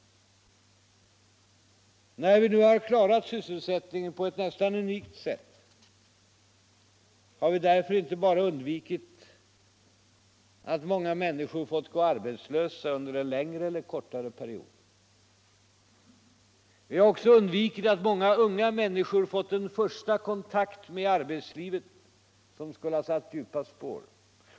När vi nu har klarat sysselsättningen på ett nästan unikt sätt har vi därför inte bara undvikit att många människor fått gå arbetslösa under en längre eller kortare period. Vi har också undvikit att många unga människor fått en första kontakt med arbetslivet som skulle ha satt djupa spår.